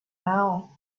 now